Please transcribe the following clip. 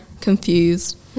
confused